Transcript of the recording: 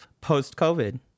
post-covid